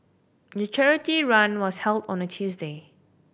the charity run was held on a Tuesday